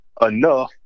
enough